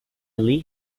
leigh